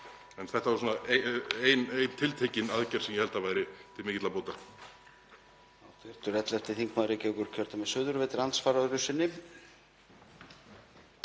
Þetta er ein tiltekin aðgerð sem ég held að væri til mikilla bóta.